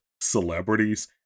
celebrities